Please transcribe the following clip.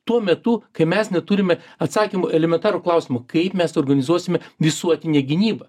tuo metu kai mes neturime atsakymo į elementarų klausimą kaip mes organizuosime visuotinę gynybą